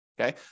Okay